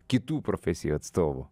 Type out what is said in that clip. kitų profesijų atstovų